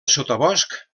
sotabosc